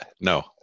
no